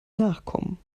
nachkommen